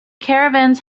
caravans